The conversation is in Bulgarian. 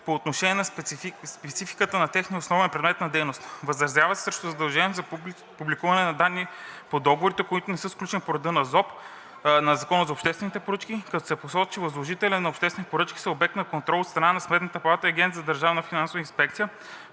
по отношение на спецификата на техния основен предмет на дейност. Възразява се срещу задължението за публикуване на данните от договорите, които не са сключени по реда на Закона за обществените поръчки, като се посочва, че възложителите на обществени поръчки са обект на контрол от страна на Сметната